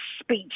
speech